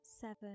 seven